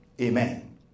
Amen